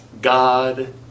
God